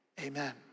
Amen